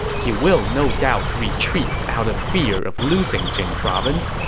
he will no doubt retreat out of fear of losing jing province.